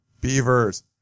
Beavers